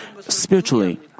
spiritually